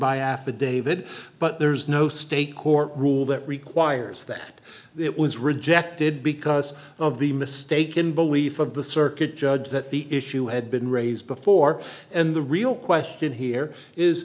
by affidavit but there is no state court rule that requires that it was rejected because of the mistaken belief of the circuit judge that the issue had been raised before and the real question here is